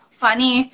funny